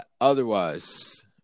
Otherwise